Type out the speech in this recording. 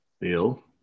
bill